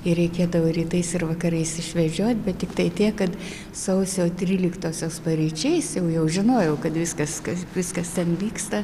ir reikėdavo rytais ir vakarais išvedžiot bet tiktai tiek kad sausio tryliktosios paryčiais jau jau žinojau kad viskas viskas ten vyksta